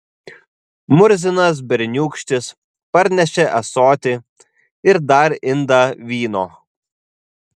murzinas berniūkštis parnešė ąsotį ir dar indą vyno